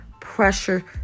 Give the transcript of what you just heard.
pressure